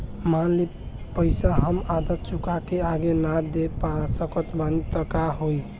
मान ली पईसा हम आधा चुका के आगे न दे पा सकत बानी त का होई?